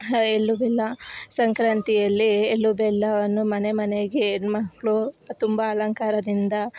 ಹಾಂ ಎಳ್ಳು ಬೆಲ್ಲ ಸಂಕ್ರಾಂತಿಯಲ್ಲಿ ಎಳ್ಳು ಬೆಲ್ಲವನ್ನು ಮನೆ ಮನೆಗೆ ಹೆಣ್ಮಕ್ಳು ತುಂಬ ಅಲಂಕಾರದಿಂದ